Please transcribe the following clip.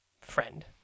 friend